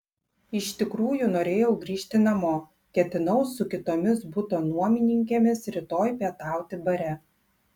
iš tikrųjų norėjau grįžti namo ketinau su kitomis buto nuomininkėmis rytoj pietauti bare